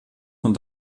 von